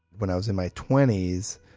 when i was in my twenty s,